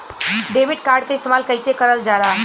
Debit card के इस्तेमाल कइसे करल जाला?